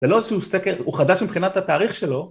זה לא שהוא סקר, הוא חדש מבחינת התאריך שלו